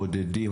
בודדים.